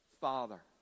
Father